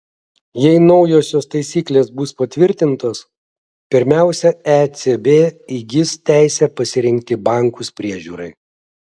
jeigu naujosios taisyklės bus patvirtintos pirmiausia ecb įgis teisę pasirinkti bankus priežiūrai